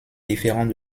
différent